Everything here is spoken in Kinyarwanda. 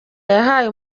yahaye